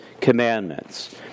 commandments